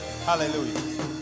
Hallelujah